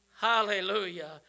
Hallelujah